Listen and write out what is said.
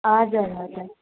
हजुर हजुर